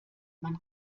man